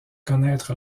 connaitre